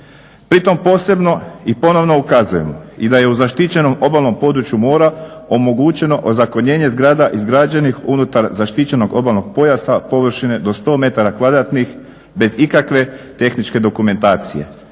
Pritom posebno i ponovno ukazujemo da je u zaštićenom obalnom području mora omogućeno ozakonjenje zgrada izgrađenih unutar zaštićenog obalnog pojasa površine do 100m2 bez ikakve tehničke dokumentacije,